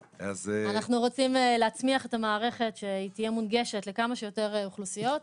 רוצים להצמיח את המערכת שהיא תהיה מונגשת לכמה שיותר אוכלוסיות,